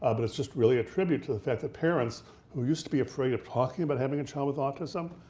ah but it's just really a tribute to the fact that parents who used to be afraid of talking about having a child with autism,